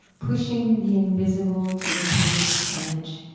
pushing the invisible to the plate's edge,